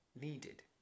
needed